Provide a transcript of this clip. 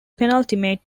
penultimate